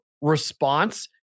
response